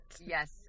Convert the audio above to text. Yes